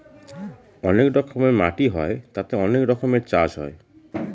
অনেক রকমের মাটি হয় তাতে অনেক রকমের চাষ হয়